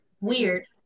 Weird